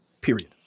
Period